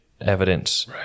evidence